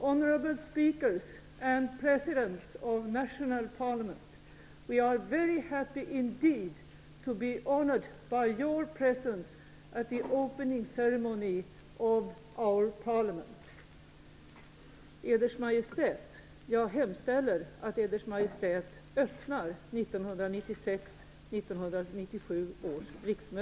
We are very happy indeed to be honoured by your presence at the opening ceremony of our Parliament. Eders majestät! Jag hemställer att Eders majestät öppnar 1996/97